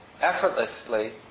effortlessly